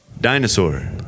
dinosaur